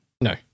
No